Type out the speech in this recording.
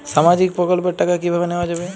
সামাজিক প্রকল্পের টাকা কিভাবে নেওয়া যাবে?